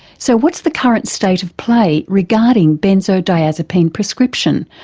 so what's the current state of play regarding benzodiazepine prescription,